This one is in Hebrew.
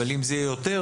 אבל אם זה יהיה יותר,